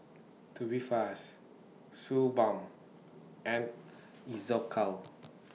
Tubifast Suu Balm and Isocal